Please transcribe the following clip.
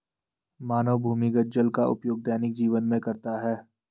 मानव भूमिगत जल का उपयोग दैनिक जीवन में करता है